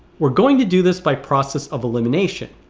we're going to do this by process of elimination